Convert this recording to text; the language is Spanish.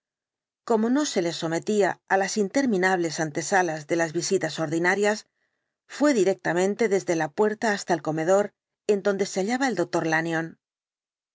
como no se le sometía á las interminables antesalas de las visitas ordinarias fué directamente desde la puerta hasta el comedor en donde se hallaba el doctor lanyón